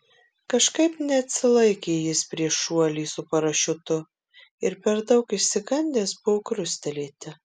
kažkaip neatsilaikė jis prieš šuolį su parašiutu ir per daug išsigandęs buvo krustelėti